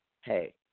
hey